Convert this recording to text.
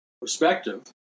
perspective